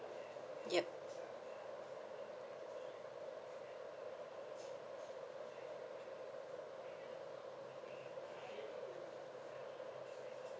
yup